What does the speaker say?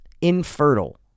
infertile